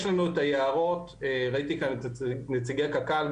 יש לנו את היערות וראיתי כאן את נציגי קק"ל,